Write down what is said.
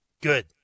Good